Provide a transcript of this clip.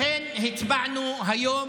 לכן הצבענו היום